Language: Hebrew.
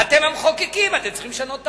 אתם המחוקקים, אתם צריכים לשנות את